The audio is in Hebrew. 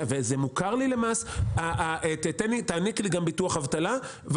לא תעניק לי גם ביטוח אבטלה.